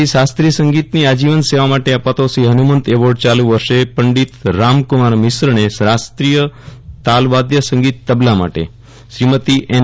ભારતીય શાસ્ત્રીય સંગીતની આજીવન સેવા માટે અપાતો શ્રી હનુમંત એવોર્ડ ચાલુ વર્ષે પંડિત રામકુમાર મિશ્રને શાસ્ત્રીય તાલવાઘ સંગીત તબલાં માટે શ્રીમતી એન